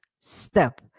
step